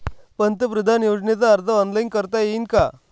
पंतप्रधान योजनेचा अर्ज ऑनलाईन करता येईन का?